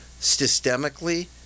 systemically